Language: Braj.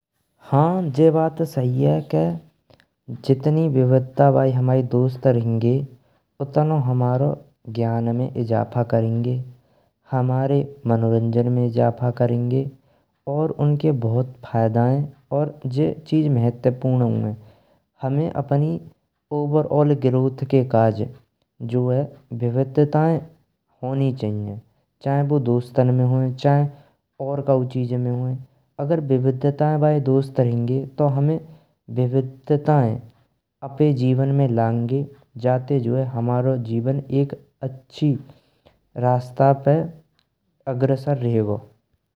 हाँ जी बात सही है जितनी विविधता बए हमारे दोस्त रहेंगे उतना हमारा ज्ञान में इज़ाफ़ा करेंगे। हमारे मनोरंजन में इज़ाफ़ा करेंगे और उनके बहुत फायदे हैं। और ये चीज़ महत्वपूर्ण हैं हमें अपनी ओवरऑल ग्रोथ के काज जो है विविधताएं होनी चाहिएं। चाहे बुबदोस्तान में होन्ये चाहे और कौ चीज़ें में होन्ये अगर विविधता बए दोस्त रहेंगे। तो हमारे विविधताएं अपने जीवन में लाएंगे जाते जो है हमारा जीवन एक अच्छे रास्ते पे अग्रसर रहेगा।